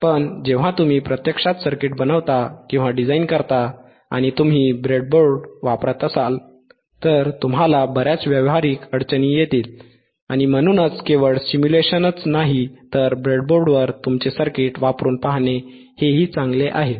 पण जेव्हा तुम्ही प्रत्यक्षात सर्किट बनवता किंवा डिझाइन करता आणि तुम्ही ब्रेडबोर्ड वापरत असाल तर तुम्हाला बर्याच व्यावहारिक अडचणी येतील आणि म्हणूनच केवळ सिम्युलेशनच नाही तर ब्रेडबोर्डवर तुमचे सर्किट वापरून पाहणे हेही चांगले आहे